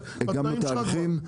הקדמנו תהליכים.